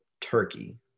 turkey